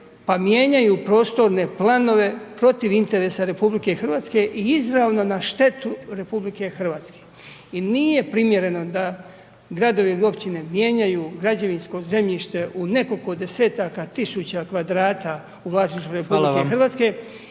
Pa mijenjaju prostorne planove protiv interesa RH i izravno na štetu RH. I nije primjereno da gradovi i općine mijenjaju građevinsko zemljište u nekoliko desetaka tisuća kvadrata u vlasništvu RH